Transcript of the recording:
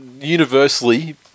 universally